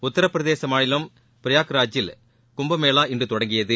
உத்தரப் பிரதேச மாநிலம் பிரயாக்ராஜில் கும்பமேளா இன்று தொடங்கியது